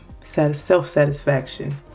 self-satisfaction